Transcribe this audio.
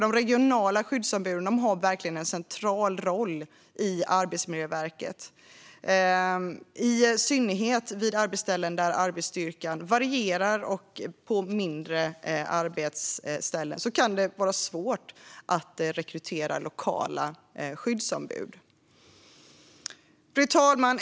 De regionala skyddsombuden har verkligen en central roll i arbetsmiljöarbetet, i synnerhet vid arbetsställen där arbetsstyrkan varierar och vid mindre arbetsställen där det kan vara svårt att rekrytera ett lokalt skyddsombud. Fru talman!